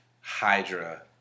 Hydra